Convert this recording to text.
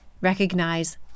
recognize